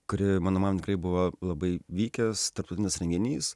kuri mano manymu tikrai buvo labai vykęs tarptautinis renginys